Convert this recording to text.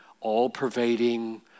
all-pervading